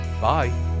Bye